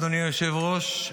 אדוני היושב-ראש,